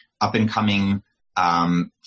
up-and-coming